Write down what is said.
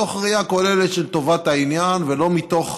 מתוך